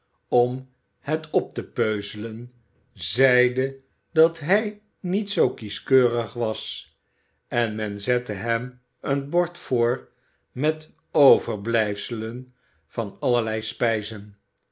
om het op te peuzelen zeide dat hij niet zoo kieskeurig was en men zette hem een bord voor i met overblijfselen van allerlei spijizen